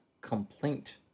complaint